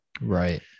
Right